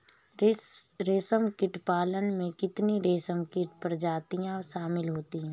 रेशमकीट पालन में कितनी रेशमकीट प्रजातियां शामिल होती हैं?